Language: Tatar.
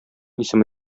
исеме